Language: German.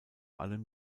allem